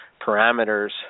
parameters